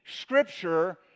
Scripture